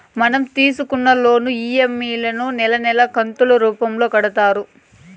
మనం తీసుకున్న loan EMI లను నెలా నెలా కంతులు రూపంలో కడతారు